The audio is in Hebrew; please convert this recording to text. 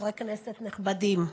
חברי כנסת נכבדים,